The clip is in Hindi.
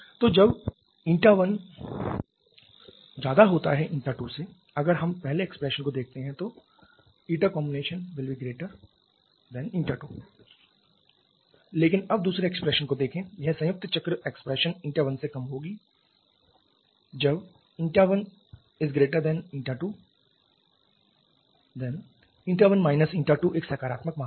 तो जब η1 η2 अगर हम पहले expression को देखते हैं तो ηComb η2 लेकिन अब दूसरे expressionको देखें यह संयुक्त चक्र expression η1 से कम होगी ηComb η1 जब η1 η2 η1 η2 एक सकारात्मक मात्रा है